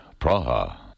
Praha